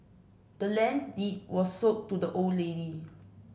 the land's deed was sold to the old lady